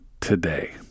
today